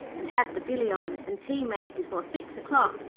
and had the billy on and tea made before six o'clock,